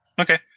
Okay